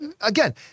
Again